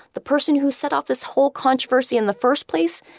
the person who set off this whole controversy in the first place,